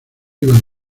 iban